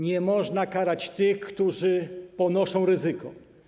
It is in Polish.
Nie można karać tych, którzy ponoszą ryzyko.